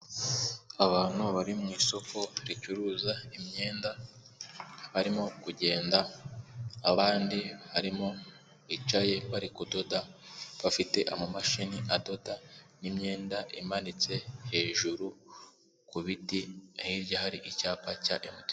Abantu bari mu isoko ricuruza imyenda barimo kugenda, abandi barimo bicaye bari kudoda bafite amamashini adoda n'imyenda imanitse hejuru ku biti, hirya hari icyapa cya emuti